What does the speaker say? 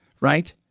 right